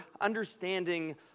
understanding